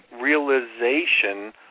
realization